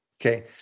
Okay